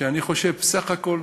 שאני חושב שהוא בסך הכול